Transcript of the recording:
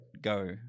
go